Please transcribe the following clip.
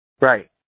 right